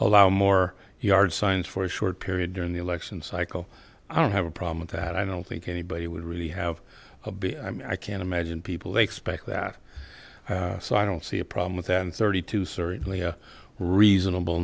allow more yard signs for a short period during the election cycle i don't have a problem with that i don't think anybody would really have a big i mean i can't imagine people expect that so i don't see a problem with an thirty two certainly a reasonable